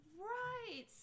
Right